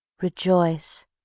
Rejoice